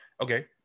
Okay